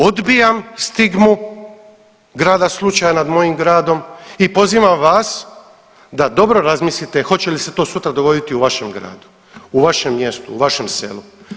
Odbijam stigmu grada slučaja nad mojim gradom i pozivam vas da dobro razmislite hoće li se to sutra dogoditi u vašem gradu u vašem mjestu u vašem selu.